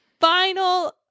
final –